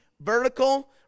Vertical